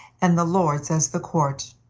and the lords as the court.